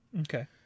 okay